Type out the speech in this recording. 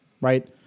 right